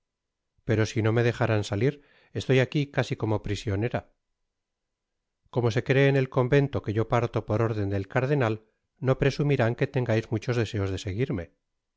pero si no me dejarán salir estoy aqui casi como prisionera como se cree en et convento que yo parto por órden del cardenal no presumirán que tengais muchos deseos de seguirme